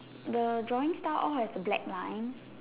the drawing star all has a black line